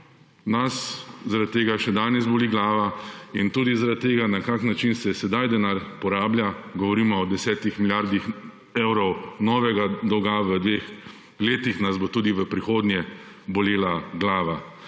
Nas zaradi tega še danes boli glava in tudi zaradi tega, na kak način se sedaj denar porablja, govorimo o 10 milijardah evrov novega dolga v 2 letih, nas bo tudi v prihodnje bolela glava.